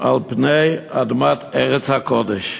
על פני אדמת ארץ הקודש.